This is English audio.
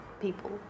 people